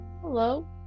Hello